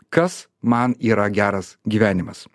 kas man yra geras gyvenimas